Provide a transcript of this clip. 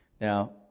Now